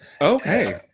Okay